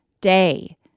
day